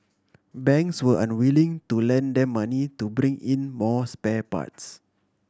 banks were unwilling to lend them money to bring in more spare parts